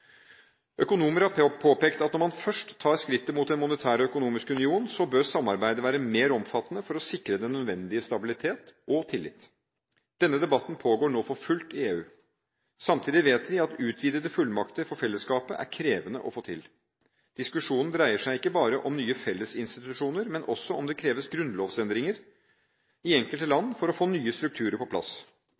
Økonomer har påpekt at når man først tar skrittet mot en monetær og økonomisk union, så bør samarbeidet være mer omfattende for å sikre den nødvendige stabilitet og tillit. Denne debatten pågår nå for fullt i EU. Samtidig vet vi at utvidede fullmakter for fellesskapet er krevende å få til. Diskusjonen dreier seg ikke bare om nye fellesinstitusjoner, men også om det kreves grunnlovsendringer i enkelte land for å få nye strukturer på plass.